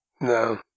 No